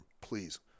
please